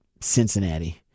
Cincinnati